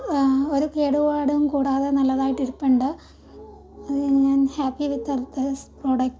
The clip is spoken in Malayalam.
ഒരു കേടുപാടും കൂടാതെ നല്ലതായിട്ട് ഇരുപ്പുണ്ട് അത് ഞാൻ ഹാപ്പി വിത്ത് ദിസ് പ്രോഡക്ട്